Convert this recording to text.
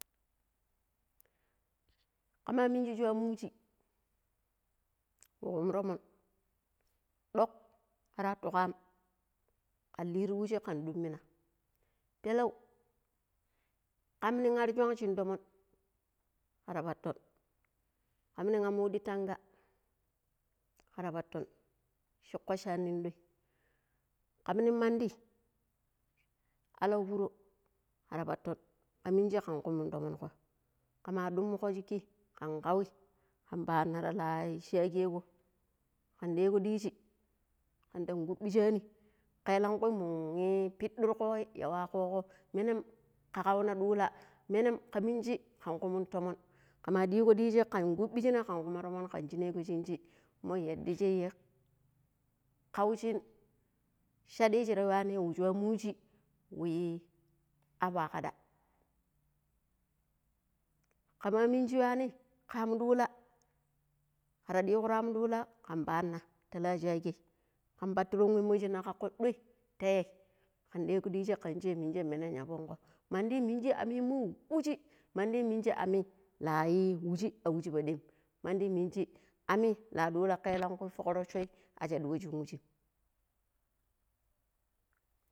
﻿kama mingi sho am wiji wa kum tomon duk kar hatu ka am kan li ti wuji kan dumina pelau kam nin arshon shin tomon kar paton. kan nin am widin tanga kar paton shi kwashani nin ɗoi kam nin mandi allau furo kar paton kama minji kan kum tomon go kama dumugo jiki kan kau kan paruna ti la shagao kan da go diji kan da kubijani kelan kui mun pidirgo yagogo menan ka kauno dulla menam ka minji ka kumun tomon kama digo diji kan kubijina kan kumi tomon kan jinego chingi mo yada sheyak kaugi sheedi shir yuwani wa sha am wuji wu aba yaƙada kama miji yuna ni ka am dula kar digiru am dula kan parina ta la shage kan patirun wan mo shina kako ɗuai ta ye kan de go diji kan je mije menan ya vongo mandi minji ami mu wuji mandi minji ami la yi wiji a wuji padai mandi minji ami la ɗula keelakui fukrochoi. a shadu wai shin wuji